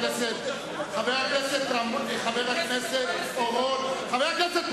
חבר הכנסת אורון, הכנסת הפכה לסניף הליכוד.